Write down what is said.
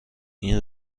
این